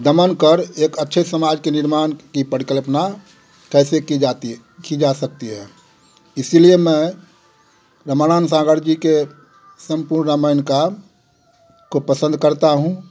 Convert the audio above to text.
दमन कर एक अच्छे समाज के निर्माण की परिकल्पना कैसे की जाती है की जा सकती है इसी लिए मैं रामानंद सागर जी के सम्पूर्ण रामायण का को पसंद करता हूँ